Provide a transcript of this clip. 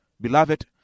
beloved